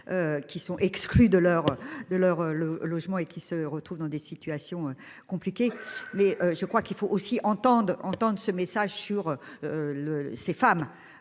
Qui sont exclus de leur de leur le logement et qui se retrouvent dans des situations compliquées, mais je crois qu'il faut aussi entende entende ce message sur. Le ces femmes.